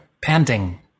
Panting